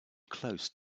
close